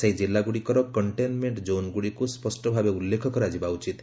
ସେହି ଜିଲ୍ଲାଗୁଡ଼ିକର କଷ୍ଟେନ୍ମେଣ୍ଟନ ଜୋନ୍ଗୁଡ଼ିକୁ ସ୍ୱଷ୍ଟ ଭାବେ ଉଲ୍ଲେଖ କରାଯିବା ଉଚିତ୍